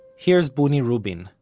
here's buni rubin,